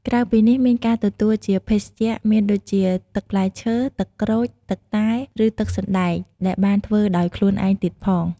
ក្រៅពីនេះ មានការទទួលជា ភេសជ្ជៈ មានដូចជា ទឹកផ្លែឈើ ទឹកក្រូច ទឹកតែ ឬទឹកសណ្ដែក ដែលបានធ្វើដោយខ្លូនឯងទៀតផង។